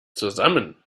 zusammen